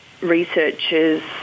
researchers